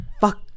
Fuck